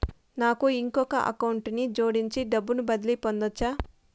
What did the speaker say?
నాకు ఇంకొక అకౌంట్ ని జోడించి డబ్బును బదిలీ పంపొచ్చా?